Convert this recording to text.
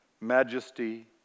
majesty